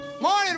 Morning